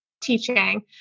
teaching